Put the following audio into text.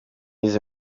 izi